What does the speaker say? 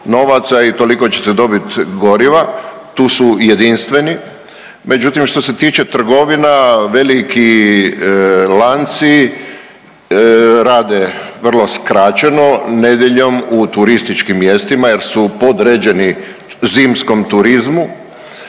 i toliko ćete dobit goriva, tu su jedinstveni. Međutim što se tiče trgovina veliki lanci rade vrlo skraćeno nedjeljom u turističkim mjestima jer su podređeni zimskom turizmu